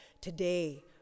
today